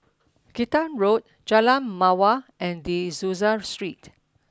Kinta Road Jalan Mawar and De Souza Street